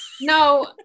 No